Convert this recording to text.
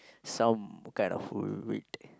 some kind of wheat